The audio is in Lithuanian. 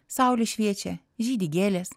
saulė šviečia žydi gėlės